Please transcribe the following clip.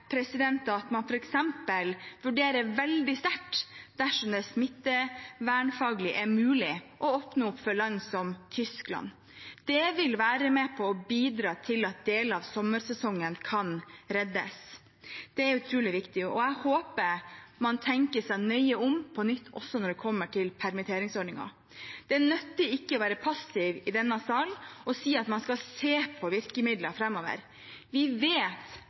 at man f.eks. vurderer veldig sterkt, dersom det smittevernfaglig er mulig, å åpne opp for land som Tyskland. Det vil være med på å bidra til at deler av sommersesongen kan reddes. Det er utrolig viktig. Jeg håper man tenker seg nøye om på nytt også når det kommer til permitteringsordningen. Det nytter ikke å være passiv i denne sal og si at man skal se på virkemidler framover. Vi vet